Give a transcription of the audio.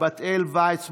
בת אל ויצמן,